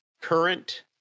current